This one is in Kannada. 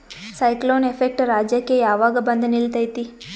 ಸೈಕ್ಲೋನ್ ಎಫೆಕ್ಟ್ ರಾಜ್ಯಕ್ಕೆ ಯಾವಾಗ ಬಂದ ನಿಲ್ಲತೈತಿ?